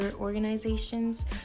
organizations